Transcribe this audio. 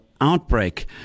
outbreak